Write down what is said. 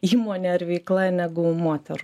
įmonė ar veikla negu moterų